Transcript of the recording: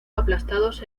aplastados